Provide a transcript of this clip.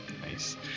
Nice